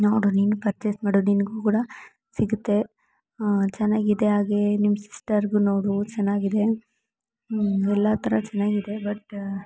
ನೋಡು ನೀನು ಪರ್ಚೇಸ್ ಮಾಡು ನಿನ್ಗು ಕೂಡ ಸಿಗುತ್ತೆ ಚೆನ್ನಾಗಿದೆ ಹಾಗೇ ನಿಮ್ಮ ಸಿಸ್ಟರಿಗು ನೋಡು ಚೆನ್ನಾಗಿದೆ ಎಲ್ಲ ಥರ ಚೆನ್ನಾಗಿದೆ ಬಟ್